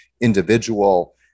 individual